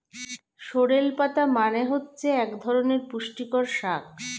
sorrel পাতা মানে হচ্ছে এক ধরনের পুষ্টিকর শাক